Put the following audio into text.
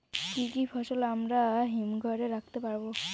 কি কি ফসল আমরা হিমঘর এ রাখতে পারব?